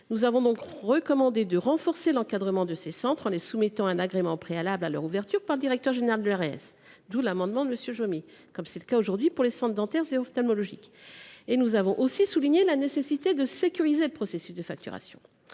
Nous avions recommandé de renforcer l’encadrement de ces centres en les soumettant, lors de leur ouverture, à l’agrément préalable du directeur général de l’ARS – d’où l’amendement de M. Jomier –, comme c’est le cas aujourd’hui pour les centres dentaires et ophtalmologiques. Nous avions aussi souligné la nécessité de sécuriser le processus de facturation.